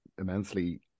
immensely